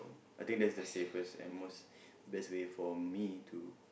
I think that's the safest and most best way for me to